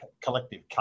collective